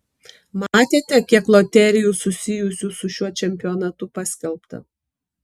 matėte kiek loterijų susijusių su šiuo čempionatu paskelbta